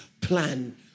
plan